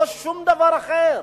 לא שום דבר אחר.